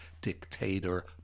Dictator